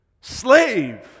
Slave